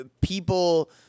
people